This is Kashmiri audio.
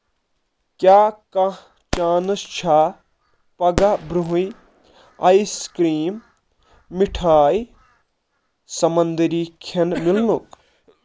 کیٛاہ کانٛہہ چانس چھا پگاہ برٛونٛہے آیِس کرٛیٖم مِٹھایہِ سَمنٛدٔری کھیٚن مِلنُک